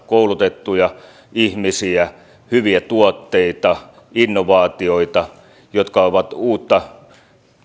koulutettuja ihmisiä hyviä tuotteita innovaatioita jotka ovat uutta